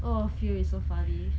oh phil is so funny